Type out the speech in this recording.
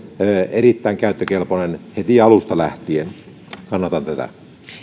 erittäin käyttökelpoinen heti alusta lähtien kannatan tätä